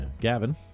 Gavin